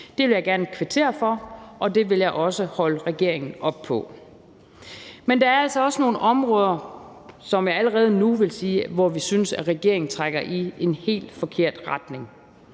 Det vil jeg gerne kvittere for, og det vil jeg også holde regeringen op på. Men der er altså også nogle områder, hvor vi allerede nu synes, at regeringen trækker i en helt forkert retning.